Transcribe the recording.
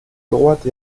droite